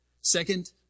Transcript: Second